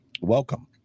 Welcome